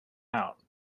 out